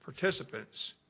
participants